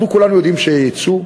אנחנו כולנו יודעים שיהיה ייצוא.